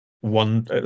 one